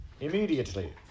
immediately